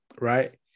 right